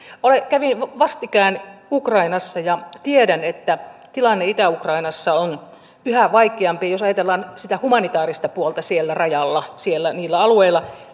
kävin vastikään ukrainassa ja tiedän että tilanne itä ukrainassa on yhä vaikeampi jos ajatellaan sitä humanitaarista puolta siellä rajalla niillä alueilla